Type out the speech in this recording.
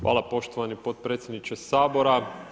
Hvala poštovani potpredsjedniče Sabora.